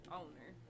owner